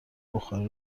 بخاری